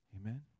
Amen